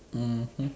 mmhmm